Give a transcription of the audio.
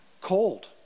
cold